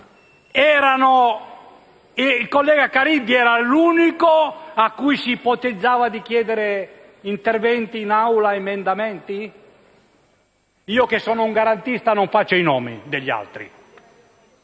il collega Caridi era l'unico a cui si ipotizzava di chiedere interventi in Aula ed emendamenti? Io, che sono un garantista, non faccio i nomi degli altri